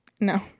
No